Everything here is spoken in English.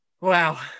Wow